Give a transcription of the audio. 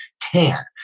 tan